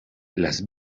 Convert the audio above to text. las